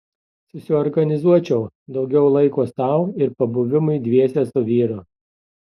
susiorganizuočiau daugiau laiko sau ir pabuvimui dviese su vyru